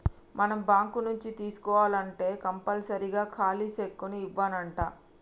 మనం బాంకు నుంచి తీసుకోవాల్నంటే కంపల్సరీగా ఖాలీ సెక్కును ఇవ్యానంటా